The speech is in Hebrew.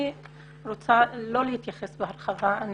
אני לא רוצה להתייחס בהרחבה.